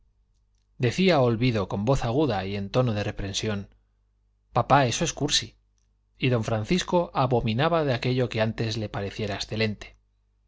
decía olvido con voz aguda y en tono de reprensión papá eso es cursi y don francisco abominaba de aquello que antes le pareciera excelente